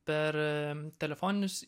per telefoninius